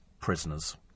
Prisoners